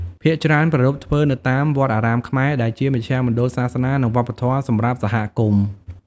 ភាគច្រើនប្រារព្ធធ្វើនៅតាម វត្តអារាមខ្មែរ ដែលជាមជ្ឈមណ្ឌលសាសនា និងវប្បធម៌សម្រាប់សហគមន៍។